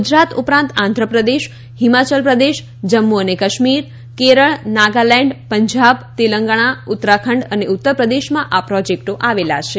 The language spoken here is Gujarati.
ગુજરાત ઉપરાંત આંધ્રપ્રદેશ હિમાચલ પ્રદેશ જમ્મુ અને કાશ્મીર કેરળ નાગાલેન્ડ પંજાબ તેલંગાણા ઉત્તરાખંડ અને ઉત્તરપ્રદેશમાં આ પ્રોજેક્ટો આવેલા છે